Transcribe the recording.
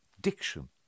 Diction